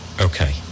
okay